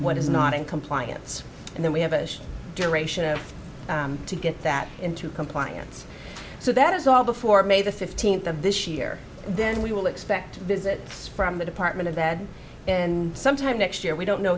what is not in compliance and then we have a duration of to get that into compliance so that is all before may the fifteenth of this year then we will expect visits from the department of bed and sometime next year we don't know